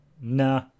nah